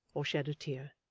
or shed a tear.